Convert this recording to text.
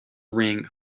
ring